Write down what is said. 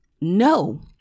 no